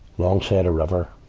long side a river.